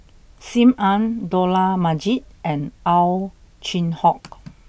Sim Ann Dollah Majid and Ow Chin Hock